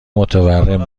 متورم